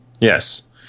Yes